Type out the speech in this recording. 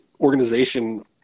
organization